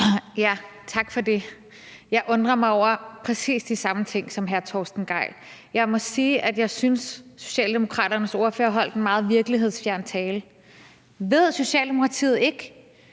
Tak for det. Jeg undrer mig over præcis de samme ting som hr. Torsten Gejl. Jeg må sige, at jeg synes, at Socialdemokraternes ordfører holdt en meget virkelighedsfjern tale. Ved Socialdemokratiet ikke,